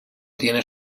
tiene